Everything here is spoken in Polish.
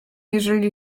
jeżeli